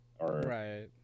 Right